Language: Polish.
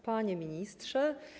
Panie Ministrze!